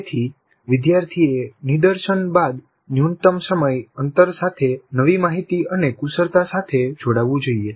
તેથી વિદ્યાર્થીએ નિદર્શન બાદ ન્યૂનતમ સમય અંતર સાથે નવી માહિતી અને કુશળતા સાથે જોડાવું જોઈએ